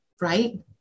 right